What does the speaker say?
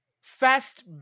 fast